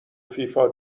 فیفا